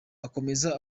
akomeza